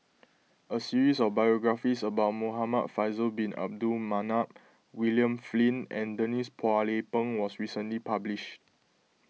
a series of biographies about Muhamad Faisal Bin Abdul Manap William Flint and Denise Phua Lay Peng was recently published